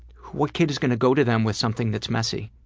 what kid is going to go to them with something that's messy?